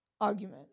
argument